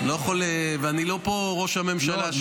ואני לא ראש הממשלה,